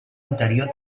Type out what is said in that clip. interior